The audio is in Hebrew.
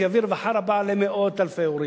זה יביא רווחה רבה למאות אלפי הורים,